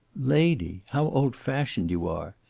lady! how old-fashioned you are!